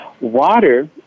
Water